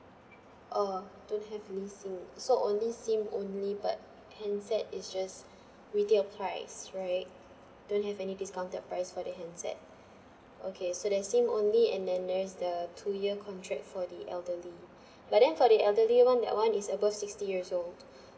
oh don't have leasing so only SIM only but handset is just retail price right don't have any discounted price for the handset okay so the SIM only and then there is the two year contract for the elderly but then for the elderly one that one is above sixty years old